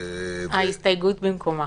ההסתייגות במקומה.